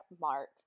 mark